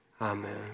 Amen